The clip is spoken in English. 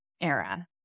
era